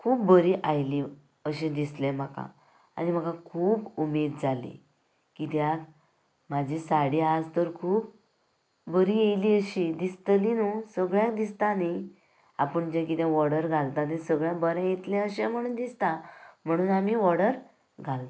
खूब बरी आयली अशें दिसलें म्हाका आनी म्हाका खूब उमेद जाली कित्याक म्हाजी साडी आज तर खूब बरी येयली अशी दिसतली न्हू सगळ्यांक दिसता न्ही आपूण जें कितें वॉर्डर घालता ते सगळें बरें येतलें अशें म्हुणू दिसता म्हणून आमी वॉर्डर घालतात